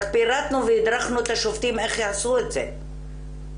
רק פירטנו והדרכנו את השופטים איך יעשו את זה ונתנו